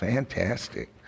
Fantastic